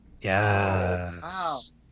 Yes